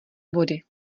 body